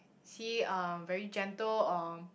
is he uh very gentle or